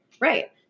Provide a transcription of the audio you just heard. Right